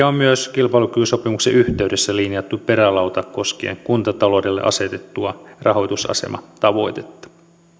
on myös kilpailukykysopimuksen yhteydessä linjattu perälauta koskien kuntataloudelle asetettua rahoitusasematavoitetta